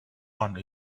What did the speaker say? one